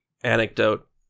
anecdote